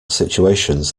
situations